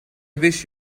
wish